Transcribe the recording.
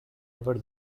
over